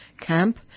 camp